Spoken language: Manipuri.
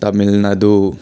ꯇꯥꯃꯤꯜ ꯅꯥꯗꯨ